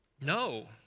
No